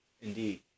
Indeed